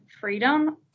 freedom